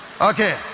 Okay